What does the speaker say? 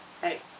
hey